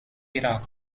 iraq